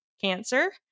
cancer